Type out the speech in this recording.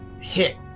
hit